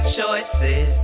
choices